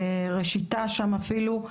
ראשיתה שם אפילו,